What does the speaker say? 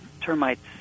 termites